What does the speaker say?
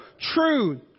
true